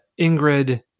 Ingrid